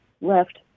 left